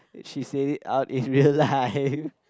she said it out in real life